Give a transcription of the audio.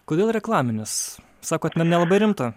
kodėl reklaminis sakot na nelabai rimta